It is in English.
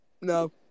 No